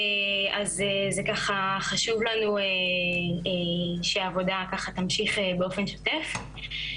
אז זה ככה חשוב לנו שהעבודה ככה תמשיך באופן שוטף.